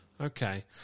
Okay